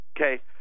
Okay